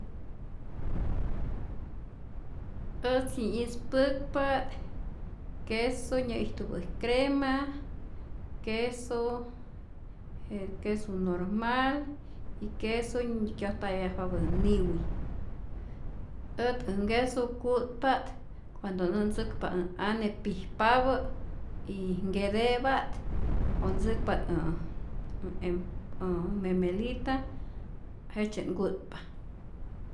Äjtzi ispäkpa't kesu nyä'ijtupä crema, keso keso normal y keso nyi kyojtayajpapä' niwi, ät äj nkeso ku'tpa't cuando nä't ntzäkpa ä ane pijpapä y nkete'pa't o ntzäkpa't ä ä äj memelita jejtzye't nku'tpa.